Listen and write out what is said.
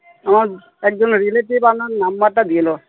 আমার একজন রিলেটিভ আপনার নাম্বারটা দিল